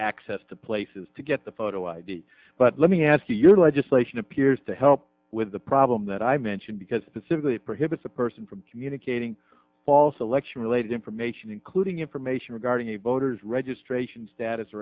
access to places to get the photo id but let me ask you your legislation appears to help with the problem that i mentioned because it simply prohibits a person from communicating false election related information in clued ing information regarding a voter's registration status